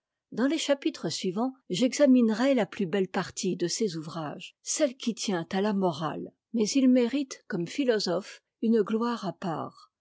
dans les chapitres suivants j'examinerài la plus behe partie de ses ouvrages celle qui tient à la morale mais il mérite comme philosophe une gloire à part